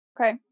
Okay